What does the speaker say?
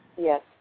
Yes